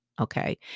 Okay